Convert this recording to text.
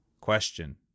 Question